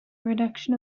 reduction